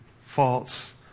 faults